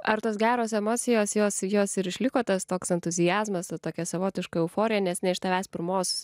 ar tos geros emocijos jos jos ir išliko tas toks entuziazmas ta tokia savotiška euforija nes ne iš tavęs pirmos